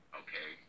okay